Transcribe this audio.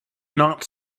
not